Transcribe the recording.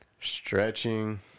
stretching